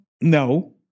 no